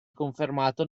confermato